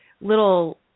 little